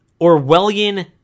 Orwellian